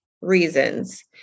reasons